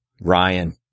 Ryan